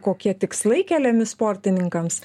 kokie tikslai keliami sportininkams